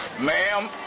Ma'am